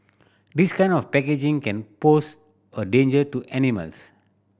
this kind of packaging can pose a danger to animals